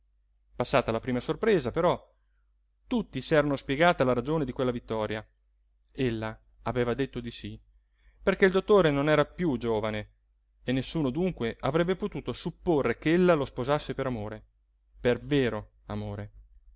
subito passata la prima sorpresa però tutti s'erano spiegata la ragione di quella vittoria ella aveva detto di sí perché il dottore non era piú giovane e nessuno dunque avrebbe potuto supporre ch'ella lo sposasse per amore per vero amore